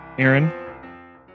Aaron